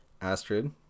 astrid